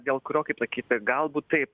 dėl kurio kaip sakyti galbūt taip